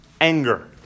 anger